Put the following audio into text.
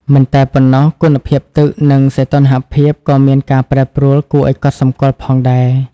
មិនតែប៉ុណ្ណោះ គុណភាពទឹក និងសីតុណ្ហភាពក៏មានការប្រែប្រួលគួរឱ្យកត់សម្គាល់ផងដែរ។